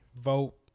Vote